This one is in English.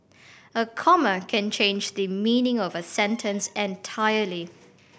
a comma can change the meaning of a sentence entirely